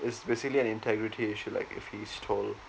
it's basically an integrity issue like if he's told